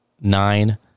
nine